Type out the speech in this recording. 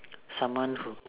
someone who